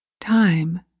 Time